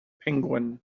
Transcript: penguin